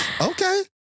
Okay